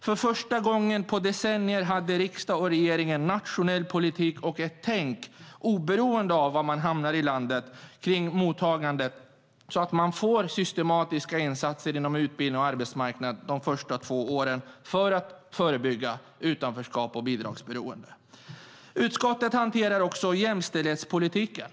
För första gången på decennier hade riksdag och regering en nationell politik och ett tänk kring mottagandet, oberoende av var i landet en nyanländ kommer till, så att man får systematiska insatser inom utbildning och arbetsmarknad de första två åren för att förebygga utanförskap och bidragsberoende. Utskottet hanterar också jämställdhetspolitiken.